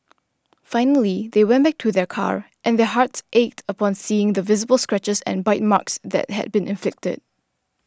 finally they went back to their car and their hearts ached upon seeing the visible scratches and bite marks that had been inflicted